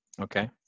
Okay